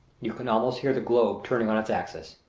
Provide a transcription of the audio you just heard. you can almost hear the globe turning on its axis.